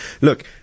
Look –